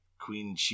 Queen